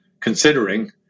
considering